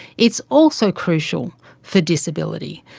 it's also crucial for disability.